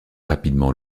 rapidement